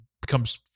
becomes